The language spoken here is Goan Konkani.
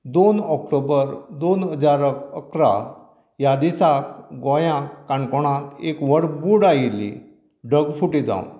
दोन ऑक्टोबर दोन हजार इकरा ह्या दिसा गोंयांत काणकोणांत एक व्हड बूड आयिल्ली ढग फूटी जावन